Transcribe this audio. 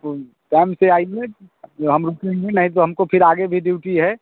आप टाइम से आइए हम रुकेंगे नहीं तो हमको फिर हमको आगे भी ड्यूटी है